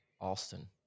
Austin